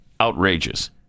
outrageous